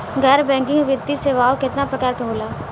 गैर बैंकिंग वित्तीय सेवाओं केतना प्रकार के होला?